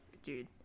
dude